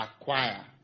acquire